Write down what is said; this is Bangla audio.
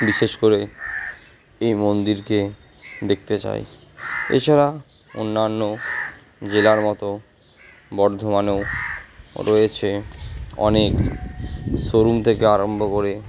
বিশেষ করে এই মন্দিরকে দেখতে যায় এছাড়া অন্যান্য জেলার মতো বর্ধমানেও রয়েছে অনেক শোরুম থেকে আরম্ভ করে